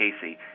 Casey